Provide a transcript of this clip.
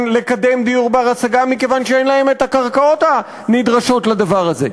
לקדם דיור בר-השגה מכיוון שאין להן את הקרקעות הנדרשות לדבר הזה.